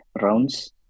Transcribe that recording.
rounds